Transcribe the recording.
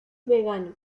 vegano